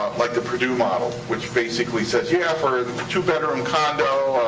like the perdue model, which basically says yeah, for a two-bedroom condo,